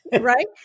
right